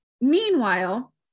Meanwhile